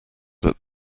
that